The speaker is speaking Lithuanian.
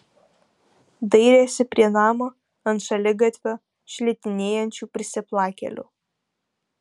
dairėsi prie namo ant šaligatvio šlitinėjančių prisiplakėlių